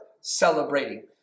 celebrating